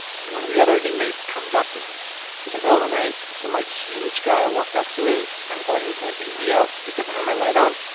and one of the other inmates comes up to him in the middle of the night, some, like, huge guy walked up to me, and i thought he was going to beat me up because i had my light on.